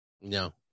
No